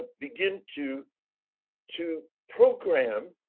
begin to to program,